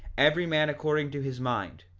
every man according to his mind,